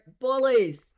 bullies